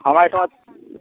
हमरा एहिठिमा